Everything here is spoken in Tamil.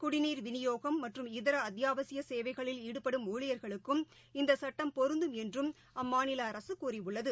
குடிநீர் விநியோகம் மற்றும் இதரஅத்தியாவசியசேவைகளில் ஈடுபடும் ஊழியர்களுக்கும் இந்தசட்டம் பொருந்தும் என்றும் அம்மாநிலஅரசுகூறியுள்ளது